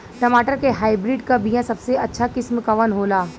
टमाटर के हाइब्रिड क बीया सबसे अच्छा किस्म कवन होला?